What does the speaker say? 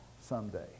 someday